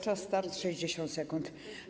Czas start: 60 sekund.